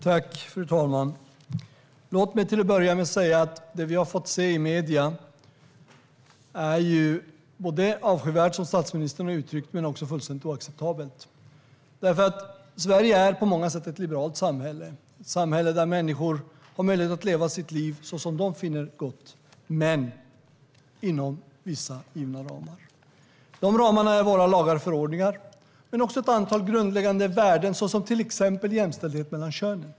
Fru talman! Låt mig till att börja med säga att det vi har fått se i medierna är både avskyvärt, som statsministern har uttryckt, och fullständigt oacceptabelt. Sverige är på många sätt ett liberalt samhälle. Det är ett samhälle där människor har möjlighet att leva sitt liv så som de finner gott - men inom vissa givna ramar. De ramarna är våra lagar och förordningar men också ett antal grundläggande värden, till exempel jämställdhet mellan könen.